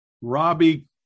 Robbie